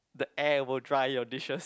the air will dry your dishes